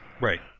Right